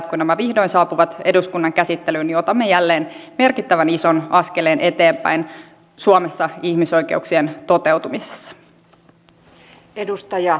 kun nämä vihdoin saapuvat eduskunnan käsittelyyn niin otamme jälleen merkittävän ison askeleen eteenpäin suomessa ihmisoikeuksien toteutumisessa